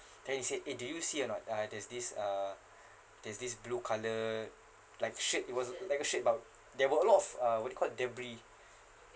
then he said eh do you see or not uh there's this uh there's this blue colour like shirt it was uh like a shirt but there were a lot of uh what you call debris